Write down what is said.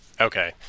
Okay